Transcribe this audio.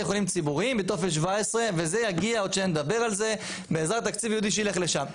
חולים ציבוריים בטופס 17 וזה יגיע בעזרת תקציב ייעודי שיגיע לשם,